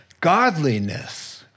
godliness